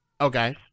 okay